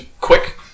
quick